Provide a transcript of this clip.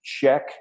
check